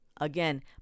again